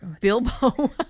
Bilbo